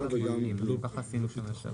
9. ההסתייגויות לא עברו.